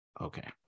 Okay